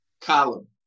column